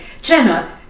jenna